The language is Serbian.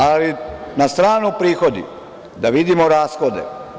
Ali, na stranu prihodi, da vidimo rashode.